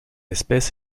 espèce